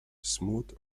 smooth